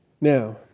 Now